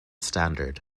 standard